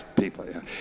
people